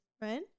right